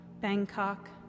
Bangkok